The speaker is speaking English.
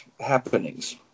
happenings